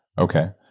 okay,